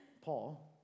Paul